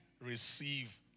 receive